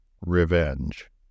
Revenge